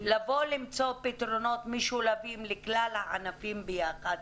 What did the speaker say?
למצוא פתרונות משולבים לכלל הענפים יחד,